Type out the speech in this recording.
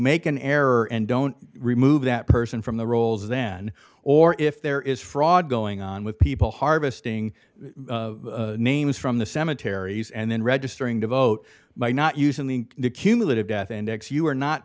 make an error and don't remove that person from the rolls then or if there is fraud going on with people harvesting names from the cemeteries and then registering to vote by not using the cumulative death and x you are not